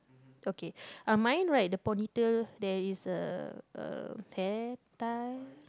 okay uh mine right the ponytail there is a a hair tie